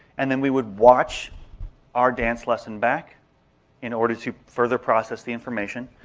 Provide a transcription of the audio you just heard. and then we would watch our dance lesson back in order to further process the information.